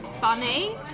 funny